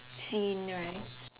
scene right